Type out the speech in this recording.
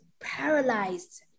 paralyzed